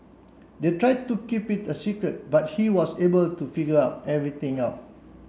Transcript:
they tried to keep it a secret but he was able to figure everything out